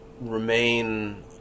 remain